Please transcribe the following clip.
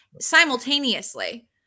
simultaneously